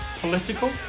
political